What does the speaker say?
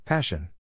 Passion